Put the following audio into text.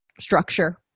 structure